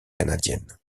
canadiennes